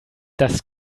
das